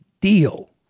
deal